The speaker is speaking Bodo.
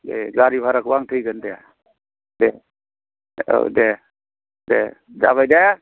दे गारि भाराखौ आं होगोन दे दे औ दे दे जाबाय दे